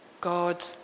God